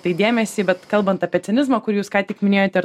tai dėmesį bet kalbant apie cinizmą kurį jūs ką tik minėjote